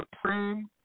supreme